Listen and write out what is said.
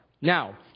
Now